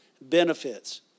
benefits